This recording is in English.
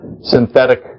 synthetic